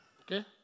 Okay